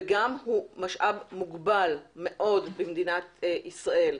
הוא משאב מוגבל מאוד במדינת ישראל.